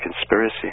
Conspiracy